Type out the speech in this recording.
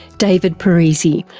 david parisi,